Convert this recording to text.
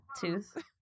tooth